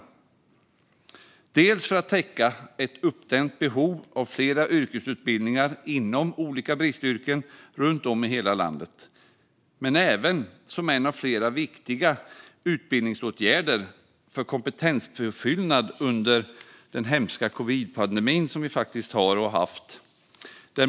Det har man gjort för att täcka ett uppdämt behov av flera yrkesutbildningar inom bristyrken runt om i hela landet. Men det har även varit en av flera viktiga utbildningsåtgärder för kompetenspåfyllnad under den hemska covidpandemin som vi har och har haft.